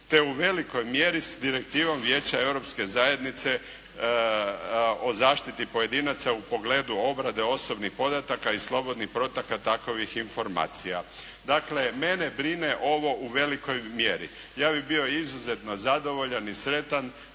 te u velikoj mjeri s direktivom Vijeća Europske zajednice o zaštiti pojedinaca u pogledu obrade osobnih podataka i slobodnih protoka takovih informacija. Dakle, mene brine ovo u velikoj mjeri. Ja bih bio izuzetno zadovoljan i sretan